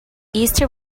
east